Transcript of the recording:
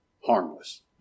Harmless